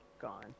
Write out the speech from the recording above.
gone